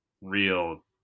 real